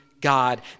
God